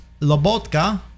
lobotka